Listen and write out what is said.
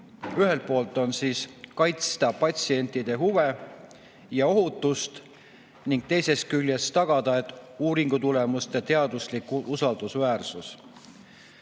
Ühelt poolt on [eesmärk] kaitsta patsientide huve ja ohutust ning teisest küljest tagada uuringutulemuste teaduslik usaldusväärsus.